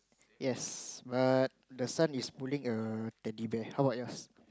yes but the son is pulling a teddy bear how about yours